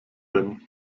denn